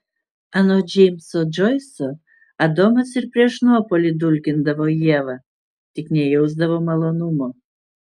anot džeimso džoiso adomas ir prieš nuopuolį dulkindavo ievą tik nejausdavo malonumo